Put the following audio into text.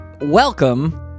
Welcome